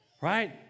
Right